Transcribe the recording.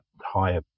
higher